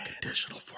conditional